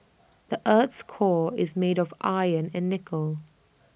the Earth's core is made of iron and nickel